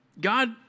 God